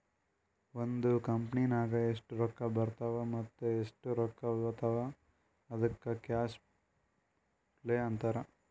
ಒಂದ್ ಕಂಪನಿನಾಗ್ ಎಷ್ಟ್ ರೊಕ್ಕಾ ಬರ್ತಾವ್ ಮತ್ತ ಎಷ್ಟ್ ರೊಕ್ಕಾ ಹೊತ್ತಾವ್ ಅದ್ದುಕ್ ಕ್ಯಾಶ್ ಫ್ಲೋ ಅಂತಾರ್